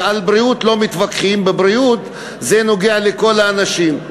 ועל בריאות לא מתווכחים, בריאות נוגעת לכל האנשים.